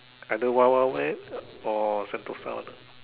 either Wild Wild Wet or Sentosa lah